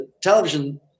television